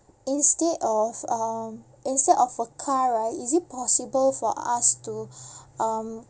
instead of um instead of a car right is it possible for us to um